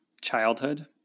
Childhood